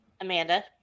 Amanda